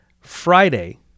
friday